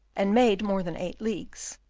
and made more than eight leagues,